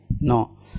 no